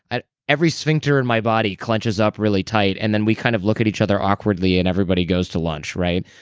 every sphincter in my body clenches up really tight, and then we kind of look at each other awkwardly, and everybody goes to lunch right?